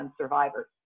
survivors